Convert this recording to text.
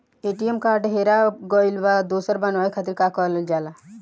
ATM card हेरा गइल पर दोसर बनवावे खातिर का करल जाला?